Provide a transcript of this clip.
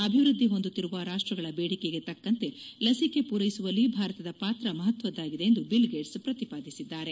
ಅಭಿವೃದ್ಧಿ ಹೊಂದುತ್ತಿರುವ ರಾಷ್ಟಗಳ ಬೇಡಿಕೆಗೆ ತಕ್ಕಂತೆ ಲಸಿಕೆ ಮೂರೈಸುವಲ್ಲಿ ಭಾರತದ ಪಾತ್ರ ಮಹತ್ವದ್ದಾಗಿದೆ ಎಂದು ಬಿಲ್ಗೇಟ್ಸ್ ಪ್ರತಿಪಾದಿಸಿದ್ದಾರೆ